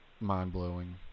mind-blowing